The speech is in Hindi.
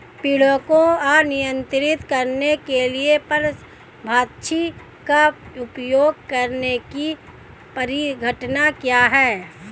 पीड़कों को नियंत्रित करने के लिए परभक्षी का उपयोग करने की परिघटना क्या है?